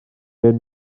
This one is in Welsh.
fynd